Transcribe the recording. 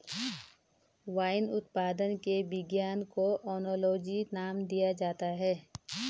wine उत्पादन के विज्ञान को ओनोलॉजी नाम दिया जाता है